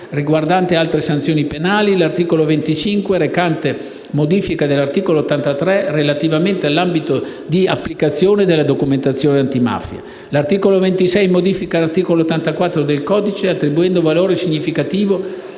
altre sanzioni penali; l'articolo 25, recante modifica dell'articolo 83 del codice antimafia relativamente all'ambito di applicazione della documentazione antimafia. L'articolo 26 modifica l'articolo 84 del codice antimafia attribuendo valore significativo